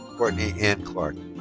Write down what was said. courtney anne clarke.